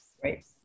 Great